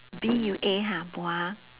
B U A ha buah